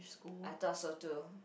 I thought so too